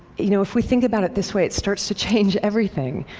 you know, if we think about it this way, it starts to change everything.